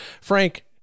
frank